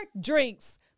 drinks